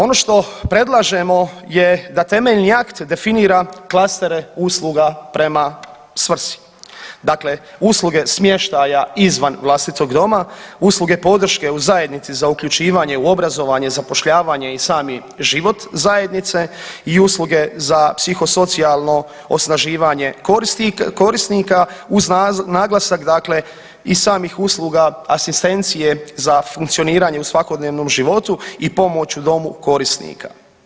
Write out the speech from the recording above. Ono što predlažemo je da temeljni akt definira Klastere usluga prema svrsi, dakle usluge smještaja izvan vlastitog doma, usluge podrške u zajednici za uključivanje u obrazovanje, zapošljavanje i sami život zajednice i usluge za psihosocijalno osnaživanje korisnika uz naglasak dakle i samih usluga asistencije za funkcioniranje u svakodnevnom životu i pomoć u domu korisnika.